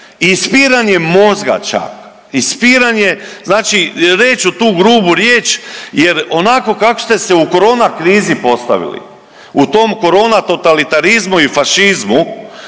ispiranje mozga čak, ispiranje znači reći ću tu grubu riječ jer onako kako ste se u korona kriza postavili, u tom korona totalitarizmu i fašizmu